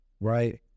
right